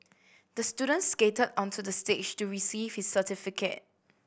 the student skated onto the stage to receive his certificate